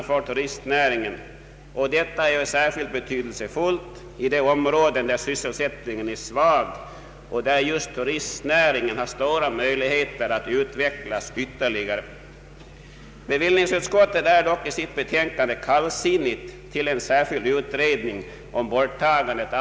Därmed skulle tidiga äktenskap kunna främjas.